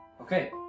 Okay